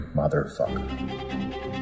motherfucker